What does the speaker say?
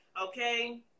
okay